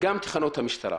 ותחנות המשטרה.